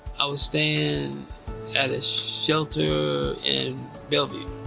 i was staying and at a shelter in bellevue.